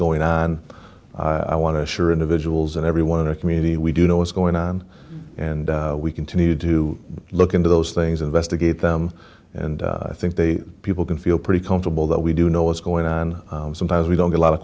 going on i want to assure individuals and everyone in our community we do know what's going on and we continue to look into those things investigate them and i think the people can feel pretty comfortable that we do know what's going on sometimes we don't get a lot of